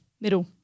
Middle